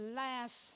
last